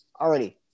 Already